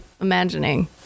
imagining